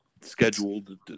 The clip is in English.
scheduled